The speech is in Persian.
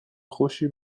خوشی